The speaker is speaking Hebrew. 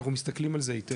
אנחנו מסתכלים על זה היטב,